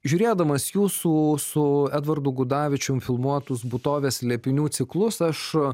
žiūrėdamas jūsų su edvardu gudavičium filmuotus būtovės slėpinių ciklus aš